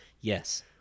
Yes